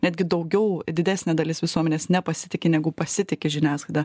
netgi daugiau didesnė dalis visuomenės nepasitiki negu pasitiki žiniasklaida